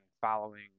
following